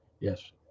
Yes